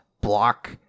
block